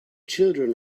children